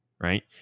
right